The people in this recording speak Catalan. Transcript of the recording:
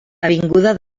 avinguda